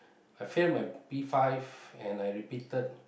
I fail my P five and I repeated